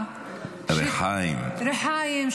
(אומרת בערבית: הרחיים --) רחיים.